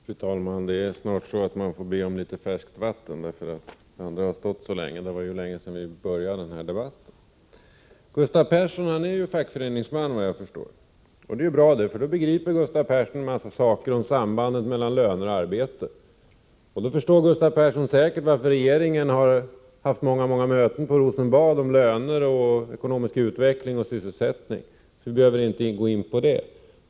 Fru talman! Jag måste snart be om litet färskt vatten, för det som finns här har stått så länge. Det var ju länge sedan vi började den här debatten. Gustav Persson är ju fackföreningsman, så vitt jag förstår. Det är bra det, för det innebär att han begriper sambandet mellan löner och arbete. Då förstår Gustav Persson säkert varför regeringen har haft så många möten på Rosenbad om löner, ekonomisk utveckling och sysselsättning. Det sambandet behöver vi inte diskutera nu.